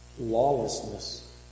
Lawlessness